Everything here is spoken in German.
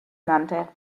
nannte